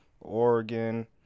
oregon